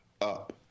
Up